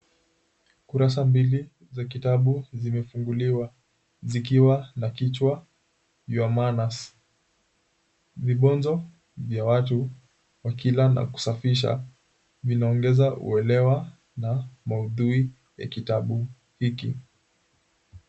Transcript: Kurasa mbili za kitabu zimefunguliwa zikiwa na kichwa, Your Manners. Vibonzo vya watu wakila na kusafisha vinaongeza uelewa na maudhui ya kitabu hiki.